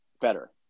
better